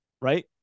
right